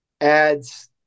adds